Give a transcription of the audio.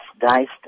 diced